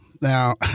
Now